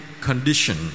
condition